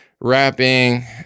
rapping